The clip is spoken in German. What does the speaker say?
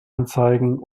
anzeigen